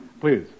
Please